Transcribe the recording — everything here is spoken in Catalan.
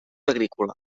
agrícola